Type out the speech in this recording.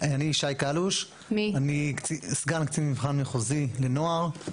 אני שי קלוש, אני סגן קצין מבחן מחוזי לנוער.